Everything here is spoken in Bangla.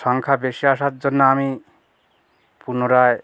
সংখ্যা বেশি আসার জন্য আমি পুনরায়